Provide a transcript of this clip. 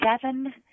seven